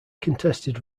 contested